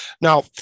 Now